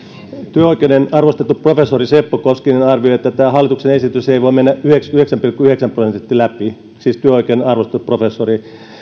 työoikeuden arvostettu professori seppo koskinen arvioi että yhdeksänkymmenenyhdeksän pilkku yhdeksän prosentin todennäköisyydellä tämä hallituksen esitys ei voi mennä läpi siis työoikeuden arvostettu professori